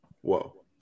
whoa